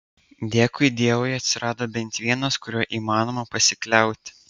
dėkui dievui atsirado bent vienas kuriuo įmanoma pasikliauti